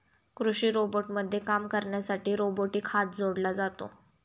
कृषी रोबोटमध्ये काम करण्यासाठी रोबोटिक हात जोडला जातो